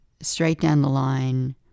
straight-down-the-line